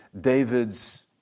David's